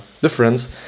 difference